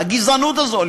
לגזענות הזאת,